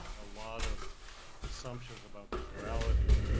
a lot of assumptions about visuality,